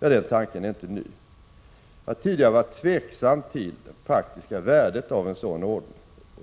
är inte ny. Jag har tidigare varit tveksam till det faktiska värdet av en sådan åtgärd.